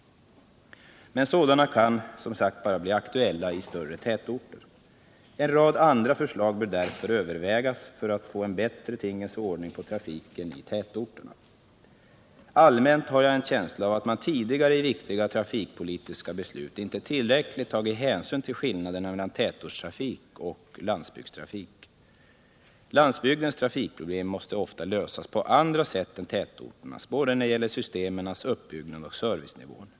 Men sådana system kan som sagt bara bli aktuella i större tätorter. En rad andra förslag bör därför övervägas för att få en bättre tingens ordning när det gäller trafiken i tätorterna. Jag har allmänt en känsla av att man tidigare i viktiga trafikpolitiska beslut inte tillräckligt tagit hänsyn till skillnaderna mellan tätortstrafik och landsbygdstrafik. Landsbygdens trafikproblem måste ofta lösas på andra sätt än tätorternas, både när det gäller systemens uppbyggnad och när det gäller servicenivån.